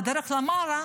ודרך רמאללה